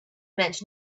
meant